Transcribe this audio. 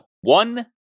one